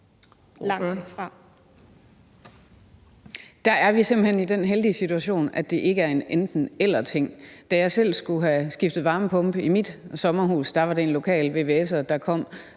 hen i den heldige situation, at det ikke er enten-eller. Da jeg selv skulle have skiftet varmepumpe i mit sommerhus, var det en lokal vvs'er, der kom,